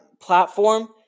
platform